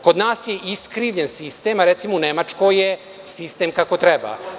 Kod nas je iskrivljen sistem, a recimo u Nemačkoj je sistem kako treba.